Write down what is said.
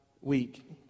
week